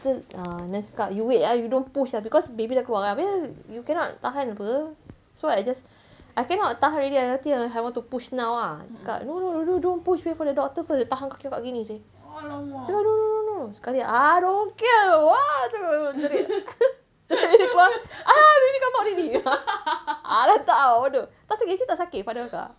so nurse cakap you wait ah you don't push ah because baby dah keluar kan habis you cannot tahan apa so I just I cannot tahan already I rasa I want to push now ah cakap no no no no don't wait for the doctor first dia tahan kakak begini seh cakap no no no no sekali I don't care !whoa! terus menjerit baby keluar ah baby come out already ah lantak lah buat bodoh tapi actually tak sakit pada kakak